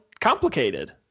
complicated